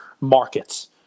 markets